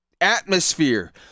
atmosphere